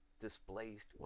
displaced